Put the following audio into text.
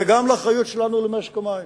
וגם לאחריות שלנו למשק המים